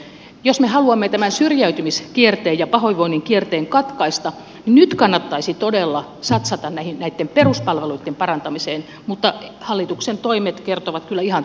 jos me haluamme tämän syrjäytymiskierteen ja pahoinvoinnin kierteen katkaista niin nyt kannattaisi todella satsata näitten peruspalveluitten parantamiseen mutta hallituksen toimet kertovat kyllä ihan muusta